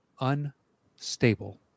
unstable